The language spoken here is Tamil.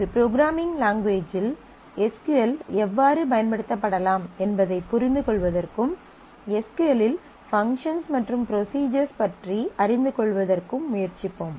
ஒரு ப்ரோக்ராம்மிங் லாங்குவேஜ்ல் எஸ் க்யூ எல் எவ்வாறு பயன்படுத்தப்படலாம் என்பதைப் புரிந்துகொள்வதற்கும் எஸ் க்யூ எல் இல் பங்க்ஷன்ஸ் மற்றும் ப்ரொஸிஜர்ஸ் பற்றி அறிந்து கொள்வதற்கும் முயற்சிப்போம்